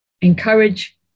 encourage